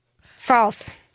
False